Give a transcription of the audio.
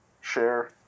share